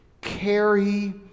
Carry